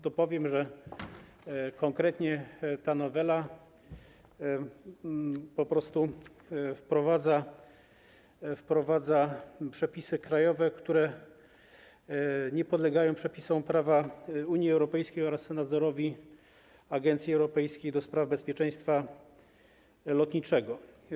Dopowiem, że konkretnie ta nowela po prostu wprowadza przepisy krajowe, które nie podlegają przepisom prawa Unii Europejskiej oraz nadzorowi Agencji Unii Europejskiej ds. Bezpieczeństwa Lotniczego.